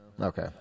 okay